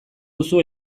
duzu